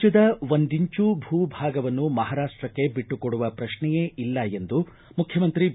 ರಾಜ್ಞದ ಒಂದಿಂಚೂ ಭೂ ಭಾಗವನ್ನು ಮಹಾರಾಷ್ಟಕ್ಕೆ ಬಿಟ್ಟುಕೊಡುವ ಪ್ರಕ್ಷೆಯೇ ಇಲ್ಲ ಎಂದು ಮುಖ್ಯಮಂತ್ರಿ ಬಿ